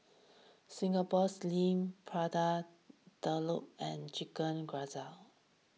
Singapore Sling Prata Telur and Chicken Gizzard